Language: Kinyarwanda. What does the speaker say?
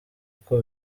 uko